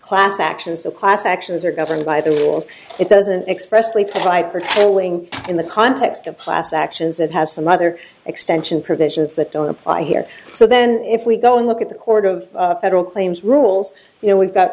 class action so class actions are governed by the laws it doesn't expressly provide for telling in the context of class actions it has some other extension provisions that don't apply here so then if we go and look at the court of federal claims rules you know we've got